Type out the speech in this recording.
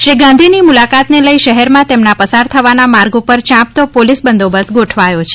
શ્રી ગાંધીની મુલાકાતને લઇ શહેરમાં તેમના પસાર થવાના માર્ગ ઉપર ચાંપતો પોલીસ બંદોબસ્ત ગોઠવાયો છે